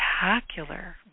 spectacular